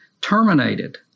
terminated